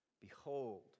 behold